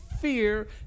fear